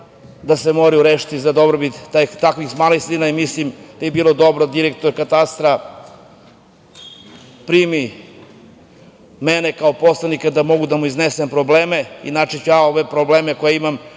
da se moraju rešiti za dobrobit takvih malih sredina. Mislim da bi bilo dobro da direktor katastra primi mene kao poslanika da mogu da mu iznesem probleme, inače ću ja ove probleme koje imam